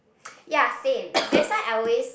ya same that's why I always